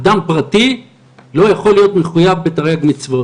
אדם פרטי לא יכול להיות מחויב בתרי"ג מצוות